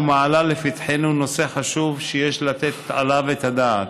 ומעלה לפתחנו נושא חשוב שיש לתת עליו את הדעת.